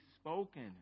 spoken